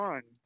One